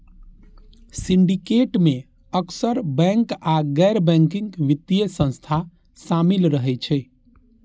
syndicate मे अक्सर bank आ गैर बैंकिंग वित्तीय संस्था शामिल रहै छै